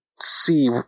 see